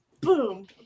boom